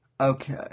Okay